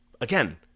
Again